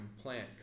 plant